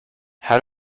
how